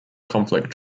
conflict